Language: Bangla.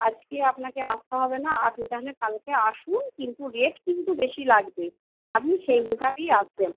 আজকে আপনাকে আসতে হবে না আপনি তাহলে কালকে আসুন কিন্তু রেট কিন্তু বেশি লাগবে আপনি সেই হিসাবেই আসবেন